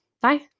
Bye